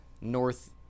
north